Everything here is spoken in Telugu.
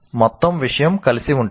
మొత్తం విషయం కలిసి ఉంటుంది